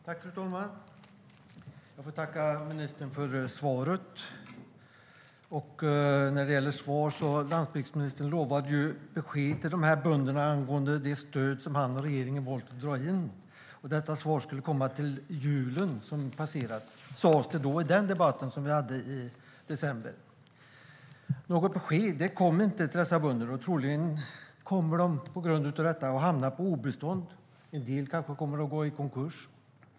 Fru talman! Jag får tacka ministern för svaret. När det gäller svar lovade landsbygdsministern besked till de här bönderna angående det stöd som han och regeringen valt att dra in. Detta svar skulle komma till julen - den som passerat - sades det i den debatten, som vi hade i december. Något besked kom inte till dessa bönder. På grund av detta kommer de troligen att hamna på obestånd. En del kanske kommer att gå i konkurs.